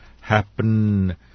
happen